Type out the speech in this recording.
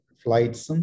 flights